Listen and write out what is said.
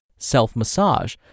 self-massage